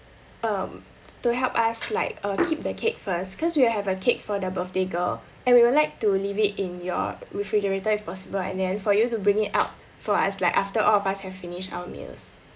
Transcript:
um to help us like uh keep the cake first because we have a cake for the birthday girl and we would like to leave it in your refrigerator if possible and then for you to bring it out for us like after all of us have finished our meals